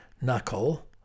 knuckle